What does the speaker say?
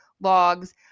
logs